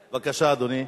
בבקשה, אדוני.